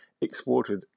exported